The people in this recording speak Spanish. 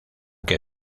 que